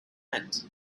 meant